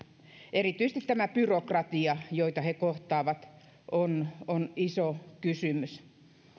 erityisesti tämä byrokratia jota he kohtaavat on on iso kysymys